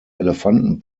elefanten